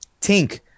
Tink